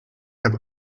have